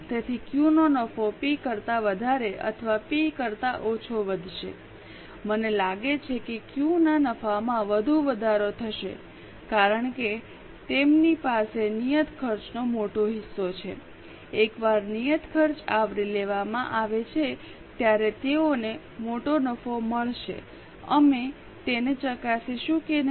તેથી ક્યૂ નો નફો પી કરતા વધારે અથવા પી કરતા ઓછો વધશે મને લાગે છે કે ક્યૂ ના નફામાં વધુ વધારો થશે કારણ કે તેમની પાસે નિયત ખર્ચનો મોટો હિસ્સો છે એકવાર નિયત ખર્ચ આવરી લેવામાં આવે છે ત્યારે તેઓને મોટો નફો મળશે અમે તેને ચકાસીશું કે નહીં